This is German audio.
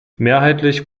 mehrheitlich